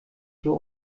hier